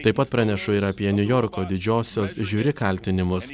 taip pat pranešu ir apie niujorko didžiosios žiuri kaltinimus